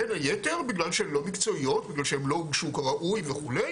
בין היתר בגלל שהן לא מקצועיות ושהן לא הוגשו כראוי וכו'.